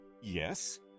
yes